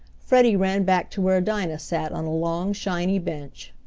freddie ran back to where dinah sat on a long shiny bench.